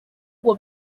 ngo